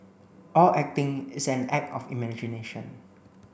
all acting is an act of imagination